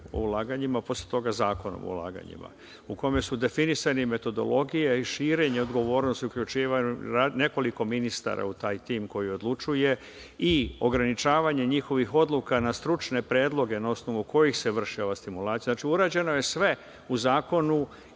o ulaganjima, a posle toga i Zakonom o ulaganjima, u kome se definisani metodologija i širenje odgovornosti, uključivanje nekoliko ministara u taj tim koji odlučuje i ograničavanje njihovih odluka na stručne predloge, na osnovu kojih se vrši ova stimulacija. Znači, urađeno je sve u zakonu